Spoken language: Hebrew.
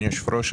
אדוני היושב-ראש,